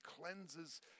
cleanses